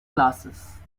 classes